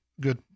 good